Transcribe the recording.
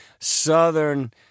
southern